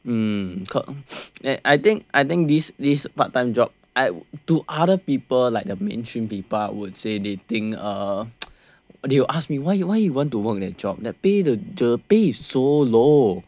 mm and I think I think this this part time job I to other people like the mainstream people I would say they think uh they will ask me why you why you want to work that job that pay the pay is so low